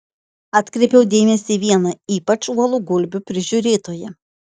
atkreipiau dėmesį į vieną ypač uolų gulbių prižiūrėtoją